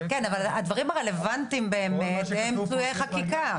אבל הדברים הרלוונטיים באמת הם תלויי חקיקה.